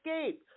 escape